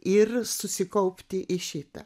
ir susikaupti į šitą